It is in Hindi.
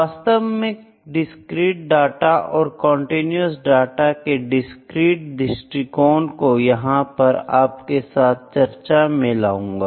वास्तव मैं डिस्क्रीट डाटा और कंटीन्यूअस डाटा के डिस्क्रीट दृष्टिकोण को यहां पर आपके साथ चर्चा में लाऊंगा